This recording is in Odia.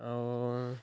ଆଉ